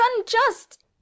unjust